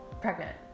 pregnant